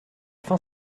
fin